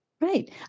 right